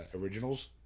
originals